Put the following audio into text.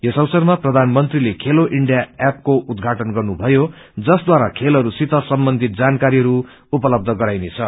यस अवसरमा प्रधानमंत्रीले खेलो ईण्डिया एपको उद्घाटन गर्नुभयो जसद्वारा खेलहरूसित सम्बन्धित जानकारीहरू उपलब्ध गराइनेछ